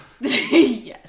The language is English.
Yes